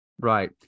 right